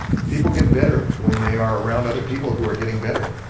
people get better when they are around other people who are getting better.